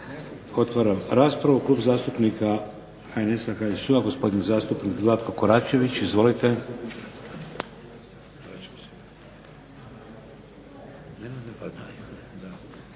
Otvaram raspravu. Klub zastupnika HNS-a, HSU-a gospodin zastupnik Zlatko Koračević. Izvolite.